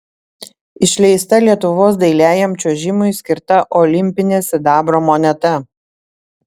išleista lietuvos dailiajam čiuožimui skirta olimpinė sidabro moneta